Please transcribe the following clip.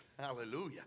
Hallelujah